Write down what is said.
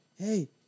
Hey